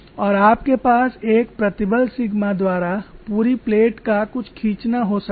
और आपके पास एक प्रतिबल सिग्मा द्वारा पूरी प्लेट का कुछ खींचना हो सकता हैं